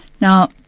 Now